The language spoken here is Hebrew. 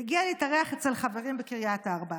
והגיע להתארח אצל חברים בקריית ארבע.